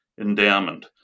endowment